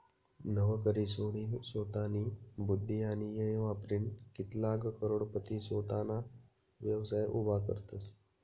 नवकरी सोडीनसोतानी बुध्दी आणि येय वापरीन कित्लाग करोडपती सोताना व्यवसाय उभा करतसं